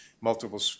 multiple